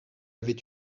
avait